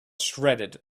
shredded